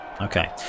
Okay